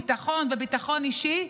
ביטחון וביטחון אישי,